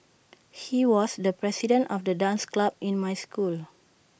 he was the president of the dance club in my school